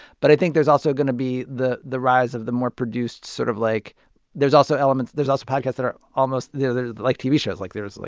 but i think there's also going to be the the rise of the more produced sort of like there's also elements there's also podcasts that are almost they're like tv shows. like, there's, like,